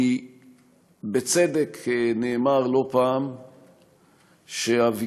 כי בצדק נאמר לא פעם שהוויכוח